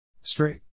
Straight